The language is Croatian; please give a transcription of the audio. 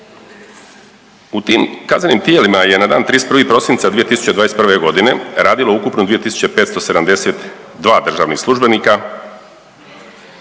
U tim kaznenim tijelima je na dan 31. prosinca 2021. godine radilo ukupno 2572 državnih službenika.